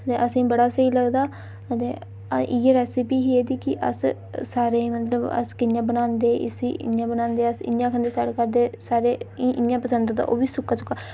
ते असेंई बड़ा स्हेई लगदा ते इ'यै रैसेपी ही ऐह्दी कि अस सारे मतलब अस कि'यां बनांदे इसी इ'यां बनांदे अस इ'यां खंदे साढ़े घर दे सारे इ इ''''यां पसंद ते ओह् बी सुक्का सुक्का